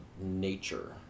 nature